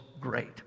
great